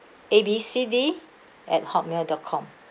A B C D at hotmail dot com